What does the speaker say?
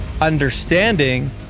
understanding